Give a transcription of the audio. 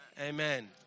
Amen